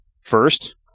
First